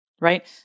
right